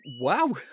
Wow